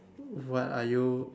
what are you